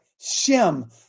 Shem